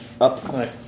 up